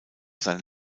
seine